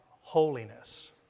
holiness